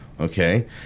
okay